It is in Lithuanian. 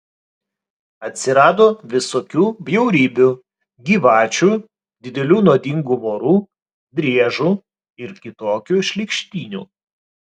atsirado visokių bjaurybių gyvačių didelių nuodingų vorų driežų ir kitokių šlykštynių